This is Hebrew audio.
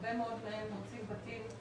הרבה מאוד מהם מוצאים בתים.